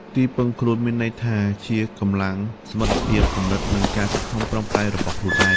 «ទីពឹងខ្លួន» មានន័យថាជា កម្លាំង សមត្ថភាព គំនិត និង ការខិតខំប្រឹងប្រែង របស់ខ្លួនឯង។